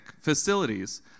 facilities